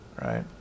right